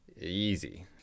Easy